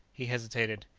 he hesitated.